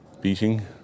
beating